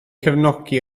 cefnogi